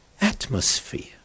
atmosphere